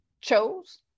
chose